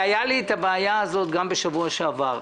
הייתה לי הבעיה הזו גם בשבוע שעבר.